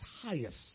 highest